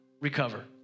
recover